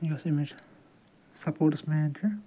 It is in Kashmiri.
یۄس امِچ سپوٹٕس مین چھِ